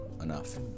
enough